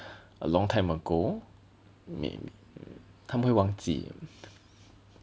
a long time ago I mean 他们会忘记